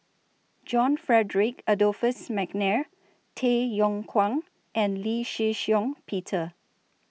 John Frederick Adolphus Mcnair Tay Yong Kwang and Lee Shih Shiong Peter